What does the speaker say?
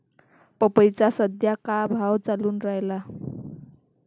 पपईचा सद्या का भाव चालून रायला?